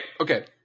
Okay